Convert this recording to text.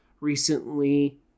Recently